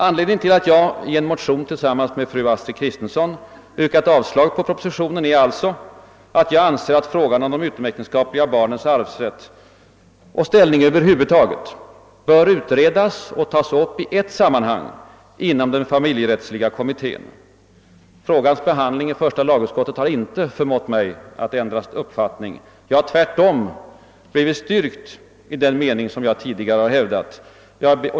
Anledningen till att jag i en motion tillsammans med fru Astrid Kristensson yrkat avslag på propositionen är alltså att jag anser att frågan om de utomäktenskapliga barnens arvsrätt och ställning över huvud taget bör utredas och tas upp i ett sammanhang inom den familjerättsliga kommittén. Frågans behandling i första lagutskottet har inte förmått mig att ändra uppfattning. Jag har tvärtom blivit styrkt i den mening som jag tidigare har hävdat.